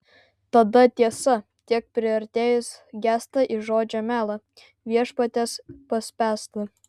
tada tiesa tiek priartėjus gęsta į žodžio melą viešpaties paspęstą